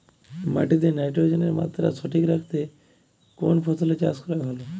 মাটিতে নাইট্রোজেনের মাত্রা সঠিক রাখতে কোন ফসলের চাষ করা ভালো?